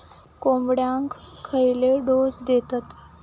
कोंबड्यांक खयले डोस दितत?